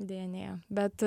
deja nėjo bet